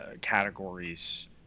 Categories